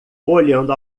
olhando